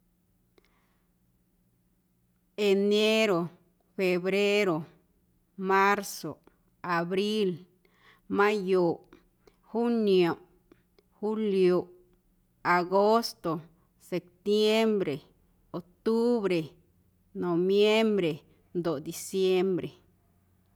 Enero, febrero, marzoꞌ, abril, mayoꞌ, juniomꞌ, julioꞌ, agosto, septiembre, octubre, noviembre ndoꞌ diciembre.